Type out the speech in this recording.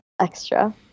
extra